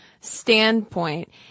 standpoint